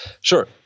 sure